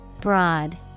Broad